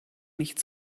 nicht